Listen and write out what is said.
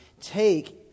take